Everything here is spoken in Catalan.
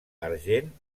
argent